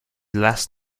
last